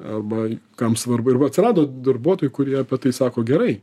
arba kam svarbu ir va atsirado darbuotojų kurie tai sako gerai